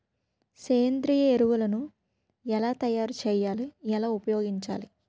సేంద్రీయ ఎరువులు ఎలా తయారు చేయాలి? ఎలా ఉపయోగించాలీ?